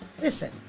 Listen